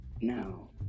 Now